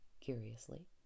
curiously